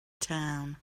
town